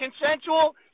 consensual